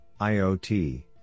IoT